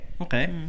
okay